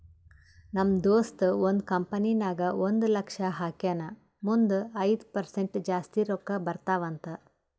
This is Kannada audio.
ನಮ್ ದೋಸ್ತ ಒಂದ್ ಕಂಪನಿ ನಾಗ್ ಒಂದ್ ಲಕ್ಷ ಹಾಕ್ಯಾನ್ ಮುಂದ್ ಐಯ್ದ ಪರ್ಸೆಂಟ್ ಜಾಸ್ತಿ ರೊಕ್ಕಾ ಬರ್ತಾವ ಅಂತ್